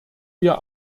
wir